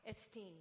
esteem